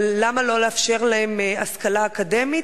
אבל למה לא לאפשר להן השכלה אקדמית?